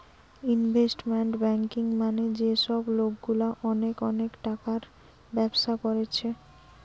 investment banking মানে যে সব লোকগুলা অনেক অনেক টাকার ব্যবসা কোরছে